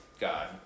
God